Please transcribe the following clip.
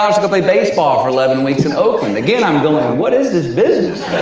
um to go play baseball for eleven weeks in oakland. again, i'm going, what is this business,